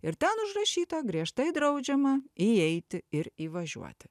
ir ten užrašyta griežtai draudžiama įeiti ir įvažiuoti